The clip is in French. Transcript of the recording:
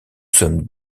sommes